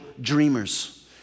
dreamers